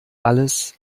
alles